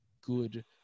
good